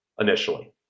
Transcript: initially